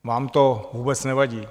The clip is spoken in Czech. Vám to vůbec nevadí.